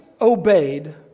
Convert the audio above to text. obeyed